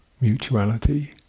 mutuality